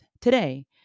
today